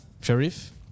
Sharif